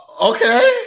Okay